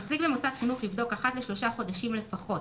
(ג)מחזיק במוסד חינוך יבדוק אחת לשלושה חודשים לפחות